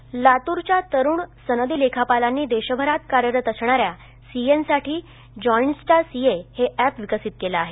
app लातूरच्या तरुण सनदी लेखापालांनी देशभरात कार्यरत असणाऱ्या सीएंसाठी जॉइन्स्टा सीए हे एप विकसित केले आहे